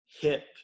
hip